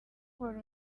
wari